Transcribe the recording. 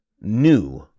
new